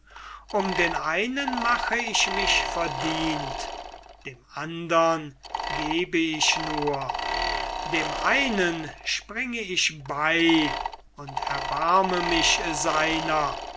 um den einen mache ich mich verdient dem andern gebe ich dem einen springe ich bei und erbarme mich seiner